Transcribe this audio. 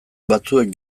batzuek